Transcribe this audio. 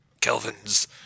Kelvin's